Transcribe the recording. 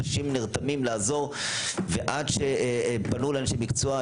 אנשים נרתמים לעזור ועד שפנו לאנשי מקצוע,